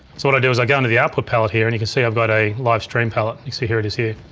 so what i'll do is i'll go into the output palette here and you can see i've got a livestream palette, you see here it is here.